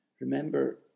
Remember